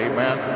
Amen